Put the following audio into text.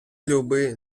люби